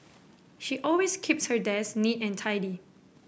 she always keeps her desk neat and tidy